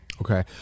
Okay